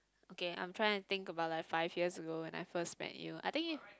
okay I'm tryna think about like five years ago when I first met you I think it